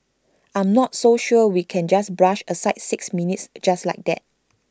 I'm not so sure we can just brush aside six minutes just like that